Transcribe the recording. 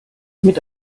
mit